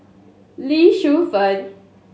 Lee Shu Fen